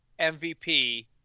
mvp